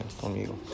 conmigo